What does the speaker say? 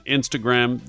Instagram